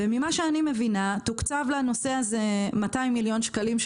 וממה שאני מבינה תוקצבו לנושא הזה 200 מיליון שקלים,